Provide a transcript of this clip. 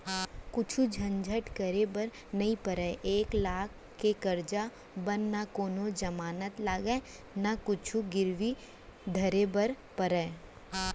कुछु झंझट करे बर नइ परय, एक लाख के करजा बर न कोनों जमानत लागय न कुछु गिरवी धरे बर परय